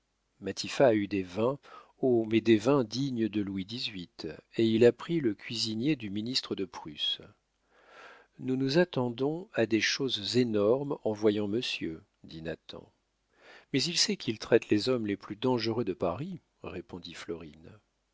a eu des vins oh mais des vins dignes de louis xviii et il a pris le cuisinier du ministre de prusse nous nous attendons à des choses énormes en voyant monsieur dit nathan mais il sait qu'il traite les hommes les plus dangereux de paris répondit